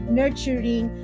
nurturing